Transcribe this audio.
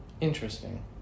Interesting